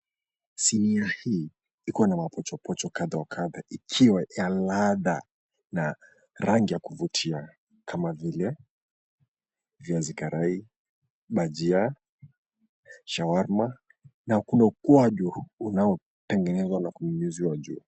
Sinia hii ikona mapochopocho kadha wa kadha ikiwa ya ladha na rangi ya kuvutia kama vile viazi karai, maji ya shawarma na kuna ukwaju unaotengenezwa na ujuzi wa juu.